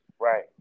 Right